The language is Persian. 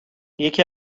یکی